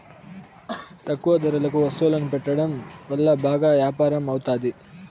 తక్కువ ధరలకు వత్తువులను పెట్టడం వల్ల బాగా యాపారం అవుతాది